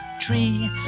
tree